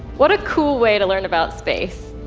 what a cool way to learn about space.